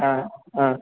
হ্যাঁ হ্যাঁ